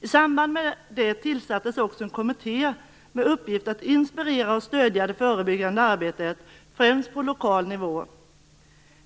I samband med det tillsattes också en kommitté med uppgift att inspirera och stödja det förebyggande arbetet, främst på lokal nivå.